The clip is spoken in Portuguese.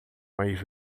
mais